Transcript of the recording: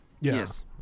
Yes